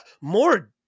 more